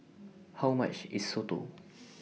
How much IS Soto